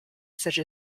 such